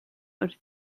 wrth